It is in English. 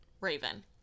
Raven